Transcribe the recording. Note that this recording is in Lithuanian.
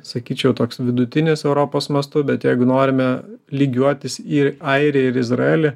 sakyčiau toks vidutinis europos mastu bet jeigu norime lygiuotis į airiją ir izraelį